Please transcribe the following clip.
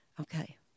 Okay